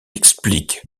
explique